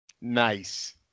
Nice